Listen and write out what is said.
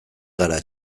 gara